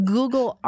Google